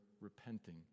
repenting